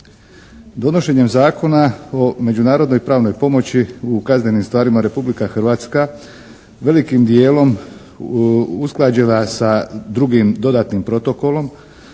Donošenjem Zakona o međunarodnoj pravnoj pomoći u kaznenim stvarima Republika Hrvatska velikim dijelom usklađena sa drugim dodatnim protokolom